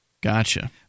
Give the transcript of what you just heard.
Gotcha